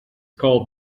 called